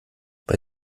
bei